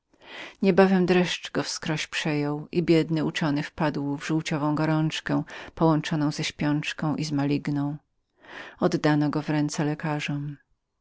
niebawem dreszcz go wskroś przejął i biedny uczony wpadł w nerwową gorączkę połączoną z maligną oddano go w ręce lekarzom